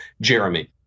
Jeremy